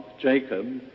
Jacob